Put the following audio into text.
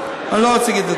אני לא רוצה להגיד את